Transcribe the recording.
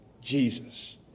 Jesus